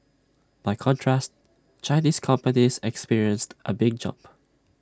by contrast Chinese companies experienced A big jump